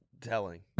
telling